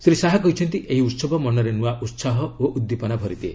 ଶ୍ରୀ ଶାହା କହିଛନ୍ତି ଏହି ଉତ୍ସବ ମନରେ ନୂଆ ଉତ୍ସାହ ଓ ଉଦ୍ଦୀପନା ଭରିଦିଏ